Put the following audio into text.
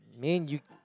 mean you